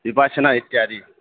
विपाशना इत्यादि